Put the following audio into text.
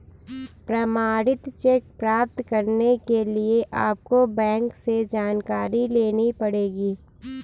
प्रमाणित चेक प्राप्त करने के लिए आपको बैंक से जानकारी लेनी पढ़ेगी